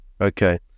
okay